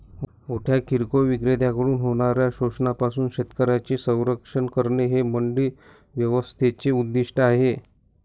मोठ्या किरकोळ विक्रेत्यांकडून होणाऱ्या शोषणापासून शेतकऱ्यांचे संरक्षण करणे हे मंडी व्यवस्थेचे उद्दिष्ट आहे